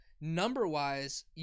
number-wise